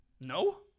No